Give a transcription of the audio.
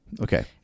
Okay